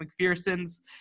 McPherson's